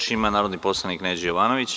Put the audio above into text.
Reč ima narodni poslanik Neđo Jovanović.